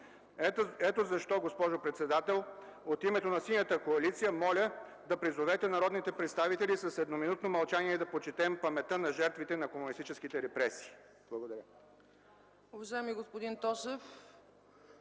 Ето защо, госпожо председател, от името на Синята коалиция, моля да призовете народните представители с едноминутно мълчание да почетем паметта на жертвите на комунистическите репресии. Благодаря.